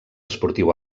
esportiu